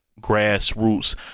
grassroots